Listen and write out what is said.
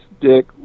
dick